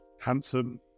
Handsome